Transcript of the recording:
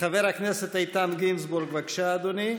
איתן גינזבורג, בבקשה, אדוני.